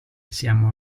siamo